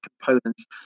components